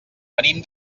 venim